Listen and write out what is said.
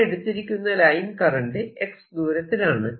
നമ്മൾ എടുത്തിരിക്കുന്ന line current x ദൂരത്തിലാണ്